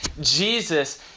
Jesus